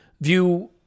view